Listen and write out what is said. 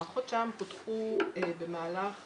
מערכות שע"ם פותחו במהלך